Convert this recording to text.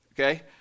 Okay